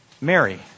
Mary